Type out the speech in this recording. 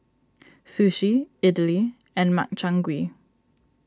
Sushi Idili and Makchang Gui